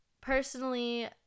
Personally